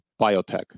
biotech